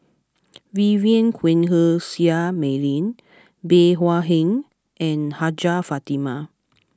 Vivien Quahe Seah Mei Lin Bey Hua Heng and Hajjah Fatimah